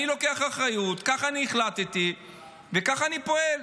אני לוקח אחריות, ככה אני החלטתי וככה אני פועל.